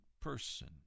person